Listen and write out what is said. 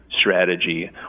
strategy